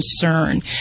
concern